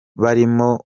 barimo